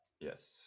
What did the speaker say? Yes